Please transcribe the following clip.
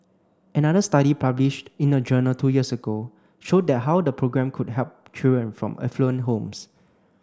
another study published in a journal two years ago showed the how the programme could help children from affluent homes